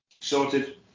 Sorted